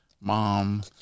Mom